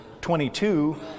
22